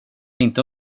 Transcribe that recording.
inte